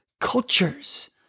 cultures